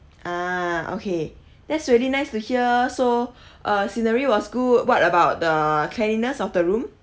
ah okay that's really nice to hear so uh scenery was good what about the cleanliness of the room